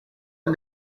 and